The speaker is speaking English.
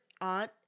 aunt